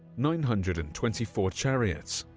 nine hundred and twenty four chariots,